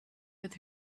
with